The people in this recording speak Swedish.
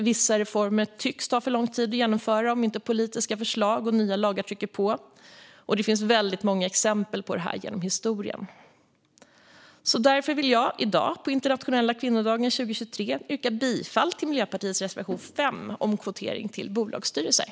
Vissa reformer tycks ta för lång tid att genomföra om inte politiska förslag och nya lagar trycker på. Det finns väldigt många exempel på detta genom historien. Jag vill därför i dag på internationella kvinnodagen 2023 yrka bifall till Miljöpartiets reservation 5 om kvotering till bolagsstyrelser.